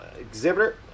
exhibitor